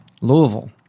Louisville